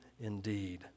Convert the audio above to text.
indeed